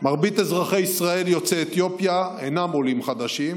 מרבית אזרחי ישראל יוצאי אתיופיה אינם עולים חדשים,